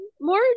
More